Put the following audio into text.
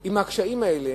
עם הקשיים האלה,